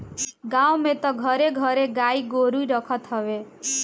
गांव में तअ घरे घरे गाई गोरु रखत हवे